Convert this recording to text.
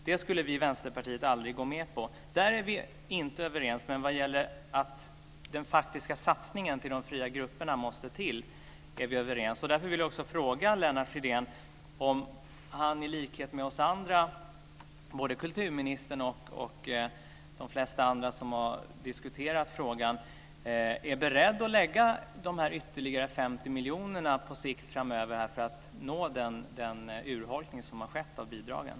Det skulle vi i Vänsterpartiet aldrig gå med på. Där är vi inte överens, men vad gäller att den faktiska satsningen på de fria grupperna måste till är vi överens. Därför vill jag fråga Lennart Fridén om han i likhet med oss andra - både kulturministern och de flesta andra som har diskuterat frågan - är beredd att lägga de här ytterligare 50 miljonerna på sikt framöver för att nå den urholkning av bidragen som har skett.